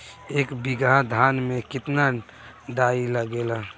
एक बीगहा धान में केतना डाई लागेला?